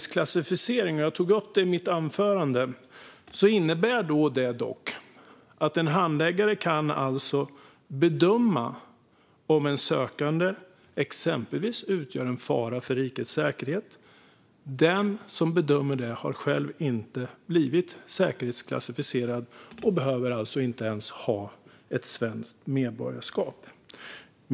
Som jag tog upp i mitt anförande innebär detta att en handläggare alltså kan bedöma om en sökande exempelvis utgör en fara för rikets säkerhet utan att själv ha blivit säkerhetsprövad och utan att ens behöva ha svenskt medborgarskap.